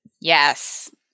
Yes